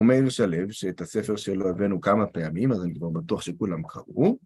מאיר שליו, שאת הספר שלו הבאנו כמה פעמים, אז אני כבר בטוח שכולם קראו.